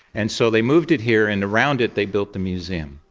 and so they moved it here, and around it they built the museum,